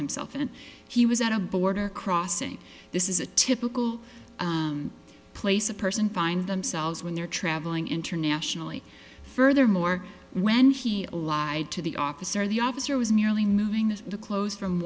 himself and he was at a border crossing this is a typical place a person find themselves when they're traveling internationally furthermore when he lied to the officer the officer was merely moving the clothes from